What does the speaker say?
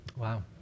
Wow